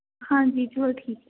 ਹਾਂਜੀ ਜੀ ਹੋਰ ਠੀਕ ਹੈ